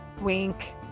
Wink